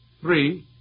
Three